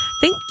Thank